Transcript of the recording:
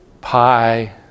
pie